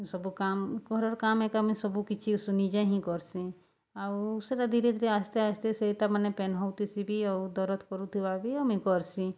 ସବୁ କାମ୍ ଘରର୍ କାମ୍ ଏକା ମୁଇଁ ସବୁ କିଛି ନିଜେ ହିଁ କର୍ସିଁ ଆଉ ସେଟା ଧୀରେ ଧୀରେ ଆସ୍ତେ ଆସ୍ତେ ସେଟା ମାନେ ପେନ୍ ହଉଥିସି ବି ଆଉ ଦରଦ୍ କରୁଥିବା ବି ଆଉ ମୁଇଁ କର୍ସିଁ